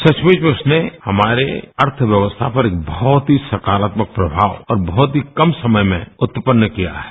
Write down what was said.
सचयुव में उसने हमारे अर्थव्यवस्था पर बहुत ही सकारात्मक प्रमाव और बहुत ही कम समय में उत्पन्न किया है